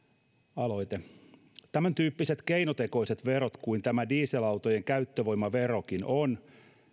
aloite tämäntyyppiset keinotekoiset verot kuten tämä dieselautojen käyttövoimaverokin on